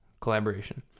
collaboration